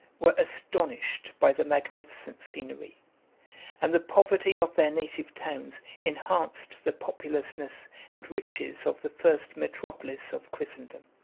were astonished by the magnificent scenery and the poverty of their native towns enhanced the populousness and riches of the first metropolis of christendom.